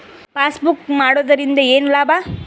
Passbook ಮಾಡುದರಿಂದ ಏನು ಲಾಭ?